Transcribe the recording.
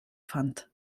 fand